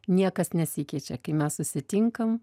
niekas nesikeičia kai mes susitinkam